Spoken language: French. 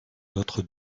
notre